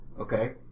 Okay